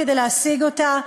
כדי להשיג אותה.